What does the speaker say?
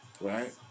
right